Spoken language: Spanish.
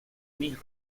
mis